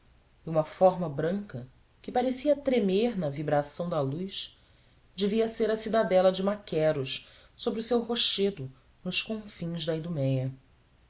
uma forma branca que parecia tremer na vibração da luz devia ser a cidadela de maqueros sobre o seu rochedo nos confins da iduméia